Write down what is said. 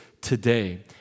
today